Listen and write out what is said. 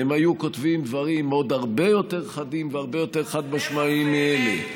הם היו כותבים דברים עוד הרבה יותר חדים והרבה יותר חד-משמעיים מאלה.